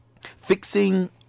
fixing